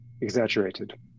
exaggerated